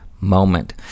moment